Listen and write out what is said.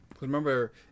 Remember